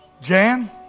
Jan